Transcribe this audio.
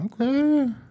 Okay